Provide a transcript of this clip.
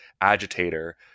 agitator